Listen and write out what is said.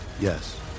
Yes